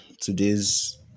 today's